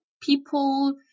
people